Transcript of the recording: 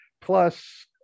Plus